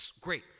great